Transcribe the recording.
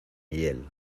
hiel